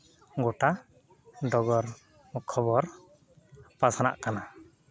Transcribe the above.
ᱜᱚᱴᱟ ᱰᱚᱜᱚᱨ ᱠᱷᱚᱵᱚᱨ ᱯᱟᱥᱱᱟᱜ ᱠᱟᱱᱟ